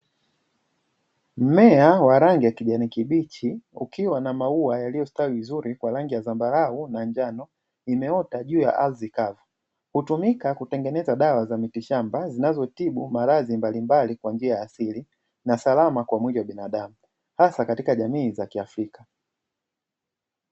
Mmea wa rangi ya kijani kibichi akiwa na rangi ya zambalau imeota juu ya ardhi hutumika kutengeneza dawa za mitishamba inayo tumika kutibu maradhi mbali mbali kwa njia ya asili ni salama katika mwili wa binadamu hasa katika jamii za kiafrika.